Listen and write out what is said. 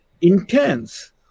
intense